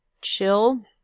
Chill